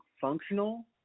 functional